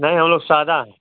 नहीं हमलोग सादा हैं